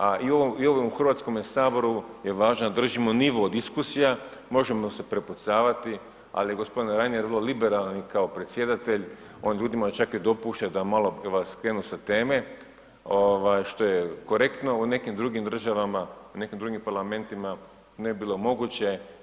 A i u ovome Hrvatskome saboru je važno da držimo nivo diskusija možemo se prepucavati, ali g. Reiner .../nerazumljivo/... liberalan i kao predsjedatelj, on ljudima čak i dopušta da malo vas skrenu sa teme, što je korektno u nekim drugim državama, u nekim drugim parlamentima ne bi bilo moguće.